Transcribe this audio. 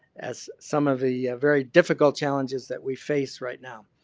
as some of the very difficult challenges that we face right now.